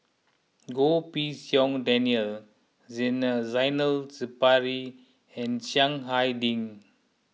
Goh Pei Siong Daniel Zainal Sapari and Chiang Hai Ding